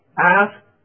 Ask